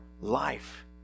life